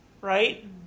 Right